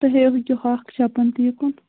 تُہۍ ہٲیِو ہوٗ کہِ ہۅکھ چپن تہِ یہِ کُن